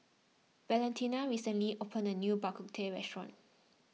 Valentina recently opened a new Bak Kut Teh restaurant